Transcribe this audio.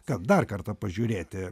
kad dar kartą pažiūrėti